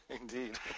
Indeed